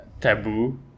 taboo